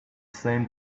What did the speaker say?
same